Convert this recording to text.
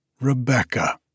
Rebecca